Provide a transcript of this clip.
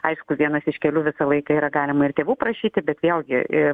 aišku vienas iš kelių visą laiką yra galima ir tėvų prašyti bet vėlgi e